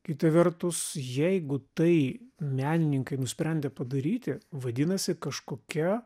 kita vertus jeigu tai menininkai nusprendė padaryti vadinasi kažkokia